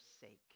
sake